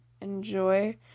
enjoy